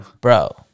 bro